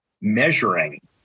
measuring